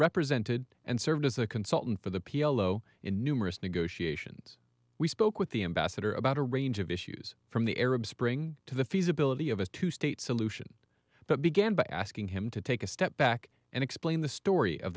represented and served as a consultant for the p l o in numerous negotiations we spoke with the ambassador about a range of issues from the arab spring to the feasibility of a two state solution but began by asking him to take a step back and explain the story of